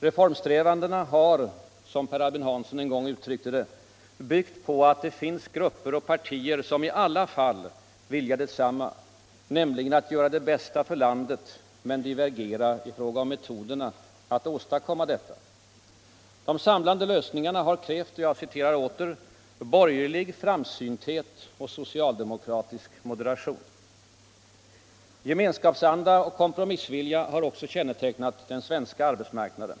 Reformsträvandena har — som Per Albin Hansson en gång uttryckte det — byggt på att det ”finns grupper och partier som i alla fall vilja detsamma, nämligen att göra det bästa för landet, men divergera i fråga om metoderna att åstadkomma detta”. De samlande lösningarna har krävt — och jag citerar åter — ”borgerlig framsynthet och socialdemokratisk moderation”. Gemenskapsanda och kompromissvilja har också kännetecknat den svenska arbetsmarknaden.